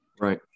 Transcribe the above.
Right